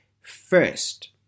first